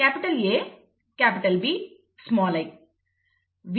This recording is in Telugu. capital A capital B small i